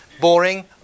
Boring